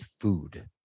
food